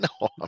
No